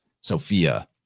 Sophia